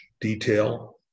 detail